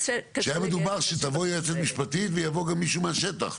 שהיה מדובר שתבוא יועצת משפטית ויבוא גם מישהו מהשטח.